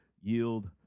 yield